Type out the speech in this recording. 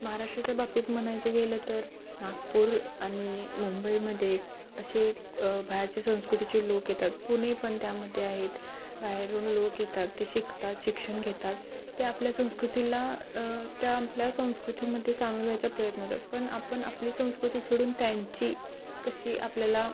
महाराष्ट्राच्या बाबतीत म्हणायचं गेलं तर नागपूर आणि मुंबईमध्ये असे बाहेरचे संस्कृतीचे लोक येतात पुणे पण त्यामध्ये आहेत बाहेरून लोक येतात ते शिकतात शिक्षण घेतात ते आपल्या संस्कृतीला त्या आपल्या संस्कृतीमध्ये सामावायचा प्रयत्न होतात पण आपण आपली संस्कृती सोडून त्यांची कशी आपल्याला